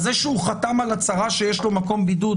זה שהוא חתם על הצהרה שיש לו מקום בידוד,